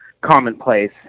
commonplace